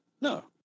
No